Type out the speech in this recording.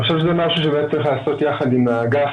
אני חושב שזה משהו שצריך לעשות יחד עם האגף